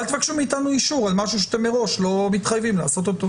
אל תבקשו מאיתנו אישור על משהו שמראש אתם לא מתחייבים לעשות.